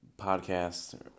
podcast